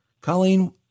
Colleen